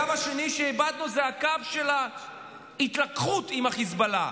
הקו השני שאיבדנו הוא הקו של ההתלקחות עם החיזבאללה,